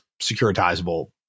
securitizable